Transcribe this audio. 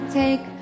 take